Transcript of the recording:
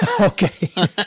Okay